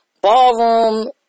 ballroom